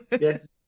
Yes